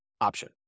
option